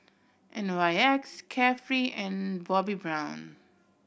N Y X Carefree and Bobbi Brown